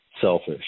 selfish